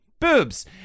boobs